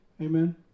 Amen